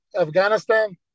Afghanistan